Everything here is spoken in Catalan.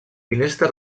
finestra